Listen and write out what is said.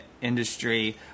industry